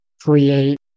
create